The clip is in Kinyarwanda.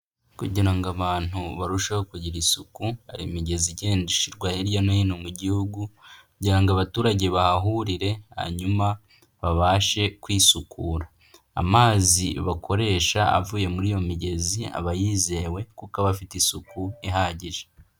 Kugira ngo abantu barusheho kugira isuku, hari imigezi ishyirwa hirya no hino mu gihugu kugira ngo abaturage bahahurire hanyuma babashe kwisukura, amazi bakoresha avuye muri iyo migezi aba yizewe kuko aba afite isuku ihagije.